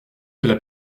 cela